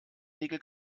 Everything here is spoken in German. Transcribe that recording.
nickel